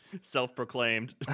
self-proclaimed